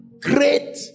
great